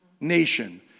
nation